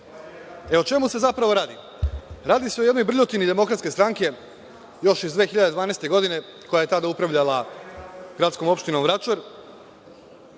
čemu se zapravo radi? Radi se o jednoj brljotini DS još iz 2012. godine, koja je tada upravljala gradskom opštinom Vračar,